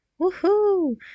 Woohoo